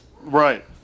Right